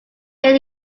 get